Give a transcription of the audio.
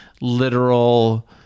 literal